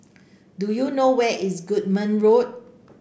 do you know where is Goodman Road